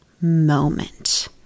moment